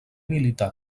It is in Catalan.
militar